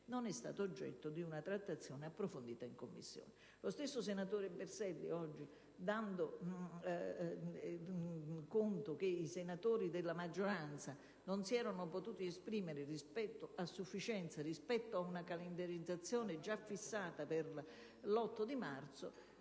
non è stato oggetto di una trattazione approfondita in Commissione. Lo stesso collega Berselli, dando oggi conto del fatto che i senatori della maggioranza non si sono potuti esprimere a sufficienza rispetto ad una calendarizzazione già fissata per l'8 marzo,